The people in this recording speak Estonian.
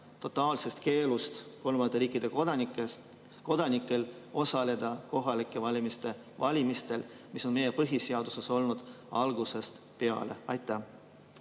totaalsest keelust kolmandate riikide kodanikel osaleda kohalikel valimistel, mis on meie põhiseaduses olnud algusest peale. Ja